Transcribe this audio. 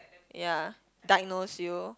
ya diagnose you